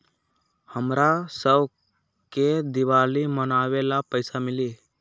हमरा शव के दिवाली मनावेला पैसा मिली?